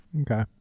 Okay